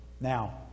Now